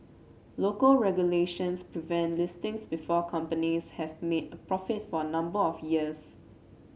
local regulations prevent listings before companies have made a profit for a number of years